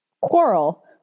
quarrel